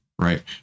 Right